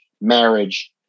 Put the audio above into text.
marriage